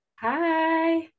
hi